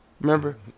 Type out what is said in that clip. Remember